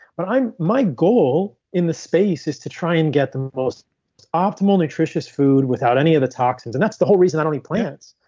but my goal in the space is to try and get the most optimal nutritious food without any of the toxins. and that's the whole reason i don't eat plants.